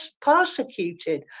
persecuted